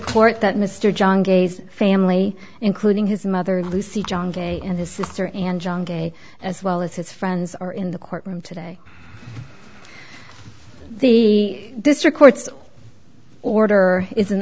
court that mr john gay's family including his mother lucy john gay and his sister and john gay as well as his friends are in the courtroom today the district court's order is an